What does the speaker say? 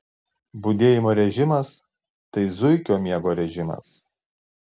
budėjimo režimas tai zuikio miego režimas